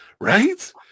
Right